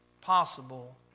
possible